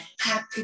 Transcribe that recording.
Happy